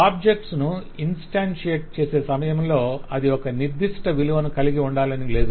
objects ను instantiate చేసే సమయంలో అది ఒక నిర్దిష్ట విలువను కలిగి ఉండాలని లేదు